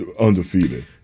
undefeated